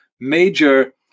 major